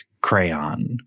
crayon